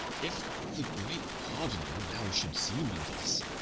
if the great cardinal now should see me thus,